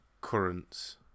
Currents